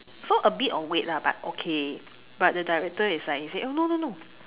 so a bit of weight lah but okay but the director is like he say oh no no no